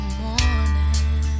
morning